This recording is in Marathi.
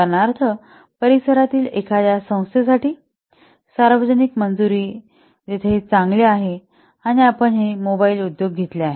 उदाहरणार्थ परिसरातील एखाद्या संस्थेसाठी सार्वजनिक मंजूरी जेथे हे चांगले आहे आणि आपण हे मोबाइल उद्योग घेतले